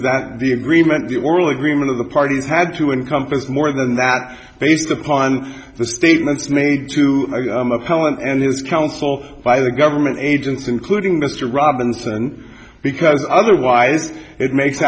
that the agreement the oral agreement of the parties had to encompass more than that based upon the statements made to helen and his counsel by the government agents including mr robinson because otherwise it makes